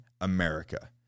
america